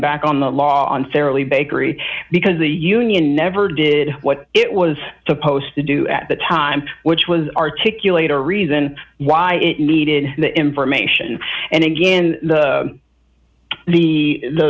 back on the law unfairly bakery because the union never did what it was supposed to do at the time which was articulate a reason why it needed the information and again the